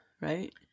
right